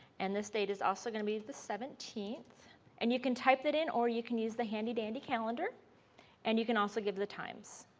and this date is also going to be the seventeenth and you can type it in or you can use the handy dandy calendar and you can also give the times.